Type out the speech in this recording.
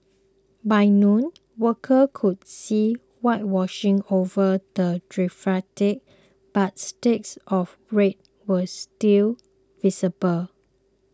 by noon workers could be seen whitewashing over the graffiti but streaks of red were still visible